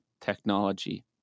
technology